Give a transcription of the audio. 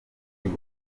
buri